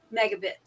megabits